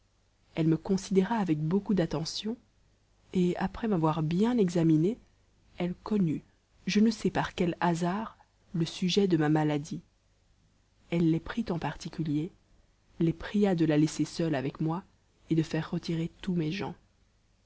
elle me considéra avec beaucoup d'attention et après m'avoir bien examiné elle connut je ne sais par quel hasard le sujet de ma maladie elle les prit en particulier les pria de la laisser seule avec moi et de faire retirer tous mes gens